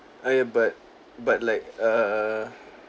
!aiya! but but like err